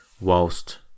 whilst